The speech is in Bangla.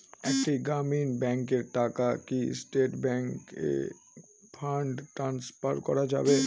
একটি গ্রামীণ ব্যাংকের টাকা কি স্টেট ব্যাংকে ফান্ড ট্রান্সফার করা যাবে?